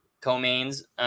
co-mains